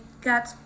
got